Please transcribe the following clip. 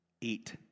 Eat